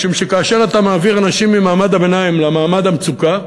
משום שכאשר אתה מעביר אנשים ממעמד הביניים למעמד המצוקה,